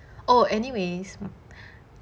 oh anyways